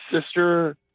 sister